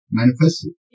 manifested